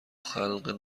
خلق